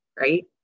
Right